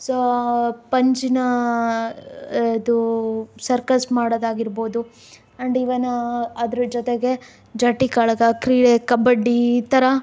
so ಪಂಜಿನ ಅದು circus ಮಾಡೋದಾಗಿರಬಹುದು ಆ್ಯಂಡ್ ಇವನ್ ಅದರ ಜೊತೆಗೆ ಜಟ್ಟಿ ಕಾಳಗ ಕ್ರೀಡೆ ಕಬಡ್ಡಿ ಈ ಥರ